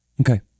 Okay